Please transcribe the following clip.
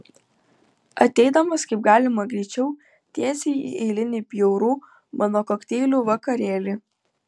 ateidamas kaip galima greičiau tiesiai į eilinį bjaurų mano kokteilių vakarėlį